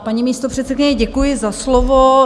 Paní místopředsedkyně, děkuji za slovo.